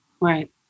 right